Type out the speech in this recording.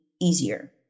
easier